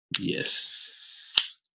Yes